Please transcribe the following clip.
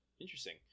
Interesting